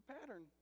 Pattern